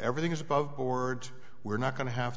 everything is above board we're not going to have